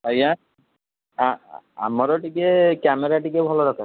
ଆଜ୍ଞା ଆମର ଟିକିଏ କ୍ୟାମେରା ଟିକିଏ ଭଲ ଦରକାର ଥିଲା